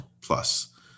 plus